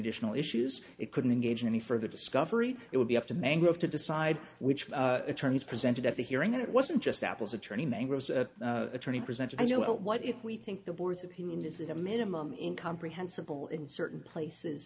additional issues it couldn't engage in any further discovery it would be up to mangrove to decide which attorneys presented at the hearing and it wasn't just apple's attorney mangroves attorney present as you know what if we think the board's opinion is that a minimum in comprehensible in certain places